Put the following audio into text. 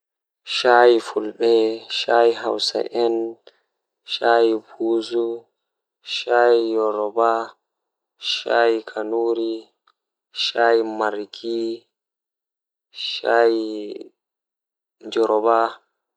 Taalel taalel jannata booyel, Woodi wakkati feere haa kawye feere, Jamanu man woodi ledde don wolwina himbe amma seito alorni hakkilo ma masin ananata ko leggal man wiyata, Woodi bingel feere o wala ceede wuro man pat yida haala maako nyende odon joodi haa kombi leggal man, Ohediti sei onani leggal man don yecca mo haa oyahata oheba cede nde o yahi babal manbo o hebi ceede o warti wuro man koomoi yidi haala mako o mari sobiraabe koomoi don tokka mo.